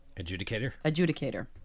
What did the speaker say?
Adjudicator